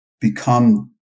become